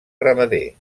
ramader